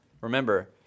remember